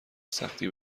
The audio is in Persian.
سختی